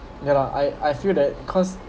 ya lah I I feel that because